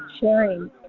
sharing